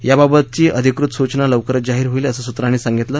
याबाबतची अधिकृत सूचना लवकरच जारी होईल असं सूत्रांनी सांगितलं